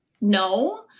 no